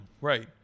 Right